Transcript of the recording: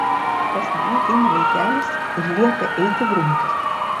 pas mane ateina vaikelis ir liepia eiti grumtis